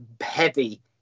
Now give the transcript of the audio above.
heavy